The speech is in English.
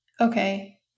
Okay